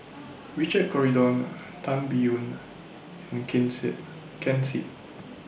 Richard Corridon Tan Biyun and King Seet Ken Seet